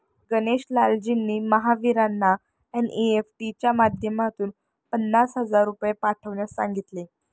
गणेश लालजींनी महावीरांना एन.ई.एफ.टी च्या माध्यमातून पन्नास हजार रुपये पाठवण्यास सांगितले